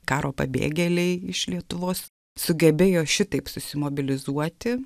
karo pabėgėliai iš lietuvos sugebėjo šitaip susimobilizuoti